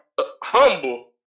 humble